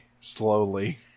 slowly